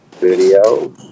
video